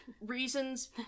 reasons